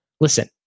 listen